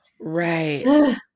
right